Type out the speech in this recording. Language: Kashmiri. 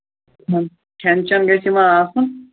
کھیٚن چیٚن گژھِ یِمن آسُن